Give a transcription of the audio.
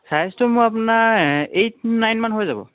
ছাইজটো মোৰ আপোনাৰ এইট নাইনমান হৈ যাব